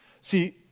See